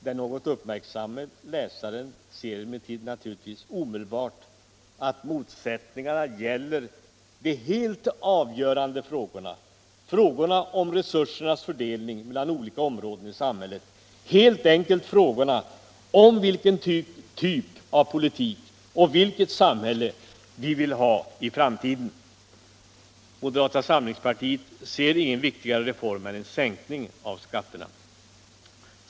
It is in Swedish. Den uppmärksamme läsaren ser emellertid naturligtvis omedelbart att motsättningarna gäller de helt avgörande frågorna — frågorna om resursernas fördelning mellan olika områden i samhället, helt enkelt frågorna om vilken sorts politik och vilket samhälle vi vill ha i framtiden. Moderata samlingspartiet ser ingen viktigare reform än en sänkning av skatterna.